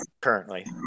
currently